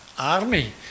army